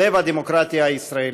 לב הדמוקרטיה הישראלית.